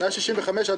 הרוויזיה לא